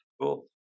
Cool